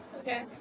Okay